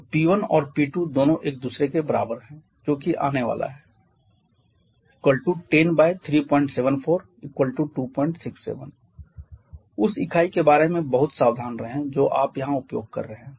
तो P1 और P2 दोनों एक दूसरे के बराबर हैं जो कि आने वाला है 10374267 उस इकाई के बारे में बहुत सावधान रहें जो आप यहाँ उपयोग कर रहे हैं